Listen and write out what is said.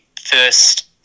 first –